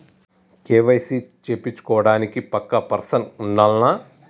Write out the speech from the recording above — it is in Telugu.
కే.వై.సీ చేపిచ్చుకోవడానికి పక్కా పర్సన్ ఉండాల్నా?